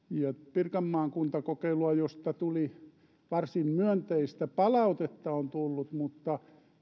pirkanmaan kuntakokeilua josta varsin myönteistä palautetta on tullut mutta